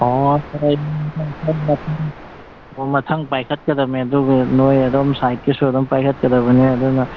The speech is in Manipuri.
ꯑꯣ ꯃꯊꯪ ꯄꯥꯏꯈꯠꯀꯗꯝꯃꯦ ꯑꯗꯨꯒꯤ ꯅꯣꯏ ꯑꯗꯣꯝ ꯁꯥꯏꯠꯀꯤꯁꯨ ꯑꯗꯨꯝ ꯄꯥꯏꯈꯠꯀꯗꯕꯅꯤ ꯑꯗꯨꯅ